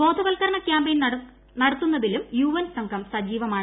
ബോധവത്കരണ ക്യാമ്പയിൻ നടത്തുന്നതിലും യുഎൻ സംഘം സജീവമാണ്